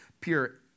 pure